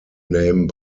name